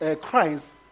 Christ